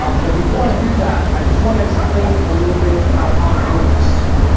ah but before i do that, i just want to explain a little bit about how it works.